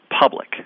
public